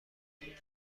بدیم